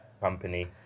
company